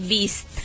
Beast